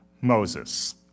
Moses